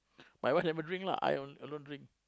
my wife never drink lah I alone drink